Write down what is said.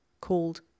called